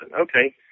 Okay